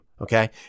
okay